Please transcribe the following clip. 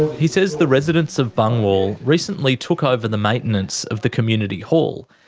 he says the residents of bungwahl recently took over the maintenance of the community hall.